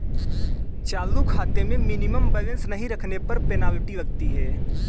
चालू खाते में मिनिमम बैलेंस नहीं रखने पर पेनल्टी लगती है